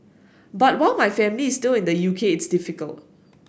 but while my family is still in the U K it's difficult